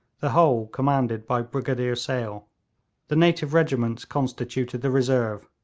the whole commanded by brigadier sale the native regiments constituted the reserve.